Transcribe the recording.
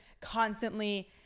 constantly